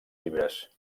llibres